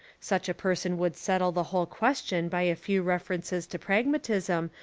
such a person would settle the whole question by a few references to pragmatism,